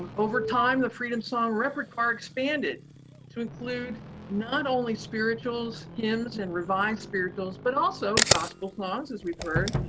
um over time, the freedom song repertoire expanded to include not only spirituals, hymns, and revived spirituals, but also gospel songs, as we've heard,